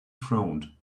frowned